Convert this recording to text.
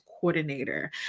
coordinator